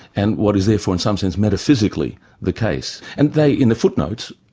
and what is therefore in some sense metaphysically the case. and they in the footnote,